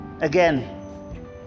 again